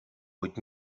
huit